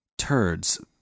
turds